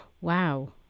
Wow